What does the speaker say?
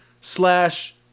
slash